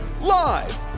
Live